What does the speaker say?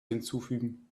hinzufügen